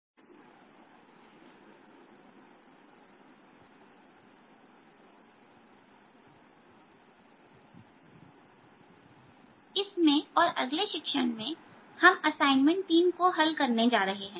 assignment 3 समस्या संख्या 1 5 इसमें और अगले शिक्षण में हम असाइनमेंट 3 को हल करने जा रहे हैं